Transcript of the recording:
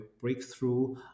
breakthrough